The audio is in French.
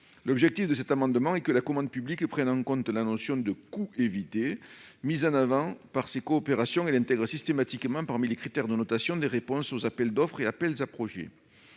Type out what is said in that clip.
vise à faire en sorte que la commande publique prenne en compte la notion de coûts évités mis en avant par ces coopérations et l'intègre systématiquement parmi les critères de notation des réponses aux appels d'offres et appels à projets.